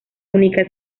única